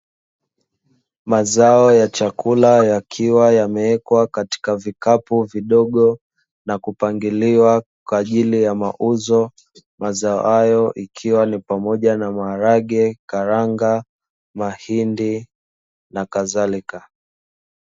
Mazao ya chakula yakiwa yamewekwa katika vikapu vidogo, na kupangiliwa kwa ajili ya mauzo. Mazao hayo ikiwa ni pamoja na maharage, karanga, mahindi na kadhalika.